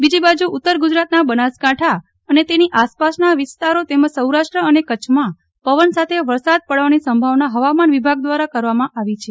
બીજી બાજુ ઉત્તર ગુજરાતના બનાસકાંઠા અને તેની આસપાસના વિસ્તારો તેમજ સૌરાષ્ટ્ર અને કચ્છમાં પવન સાથે વરસાદ પડવાની સંભાવના હોવામાન વિભાગ દ્વારા કરવામાં આવી છે